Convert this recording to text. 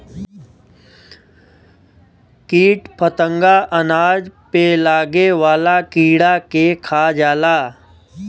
कीट फतंगा अनाज पे लागे वाला कीड़ा के खा जाला